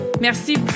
Merci